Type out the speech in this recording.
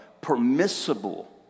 permissible